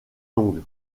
longue